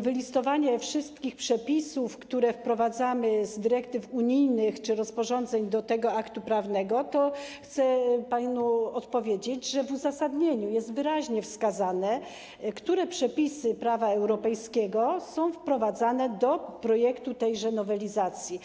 wylistowanie wszystkich przepisów, które wprowadzamy z dyrektyw unijnych czy rozporządzeń do tego aktu prawnego, to chcę panu odpowiedzieć, że w uzasadnieniu jest wyraźnie wskazane, które przepisy prawa europejskiego są wprowadzane do projektu tejże nowelizacji.